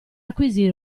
acquisire